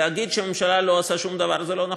להגיד שהממשלה לא עושה דבר, זה לא נכון.